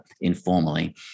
informally